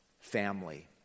family